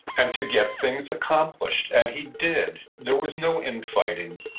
and to get things accomplished. and he did. there was no infighting.